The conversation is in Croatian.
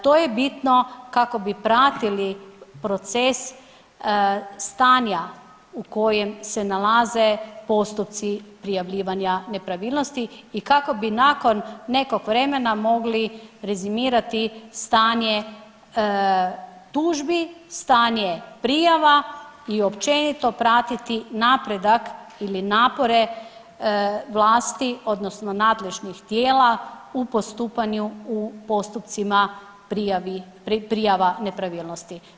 To je bitno kako bi pratili proces stanja u kojem se nalaze postoci neprijavljivanja nepravilnosti i kako bi nakon nekog vremena mogli rezimirati stanje tužbi, stanje prijava i općenito pratiti napredak ili napore vlasti, odnosno nadležnih tijela u postupanju u postupcima prijava nepravilnosti.